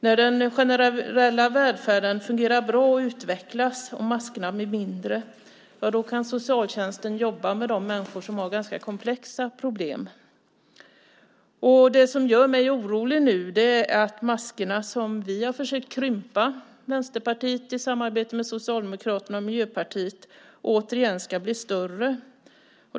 När den generella välfärden fungerar bra och utvecklas och maskorna blir mindre kan socialtjänsten jobba med de människor som har ganska komplexa problem. Det som nu gör mig orolig är att maskorna, som vi i Vänsterpartiet i samarbete med Socialdemokraterna och Miljöpartiet försökt krympa, återigen ska bli större.